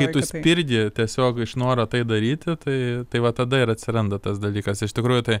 kai tu spirgi tiesiog iš noro tai daryti tai tai va tada ir atsiranda tas dalykas iš tikrųjų tai